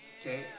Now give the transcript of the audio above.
okay